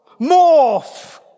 Morph